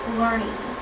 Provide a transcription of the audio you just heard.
learning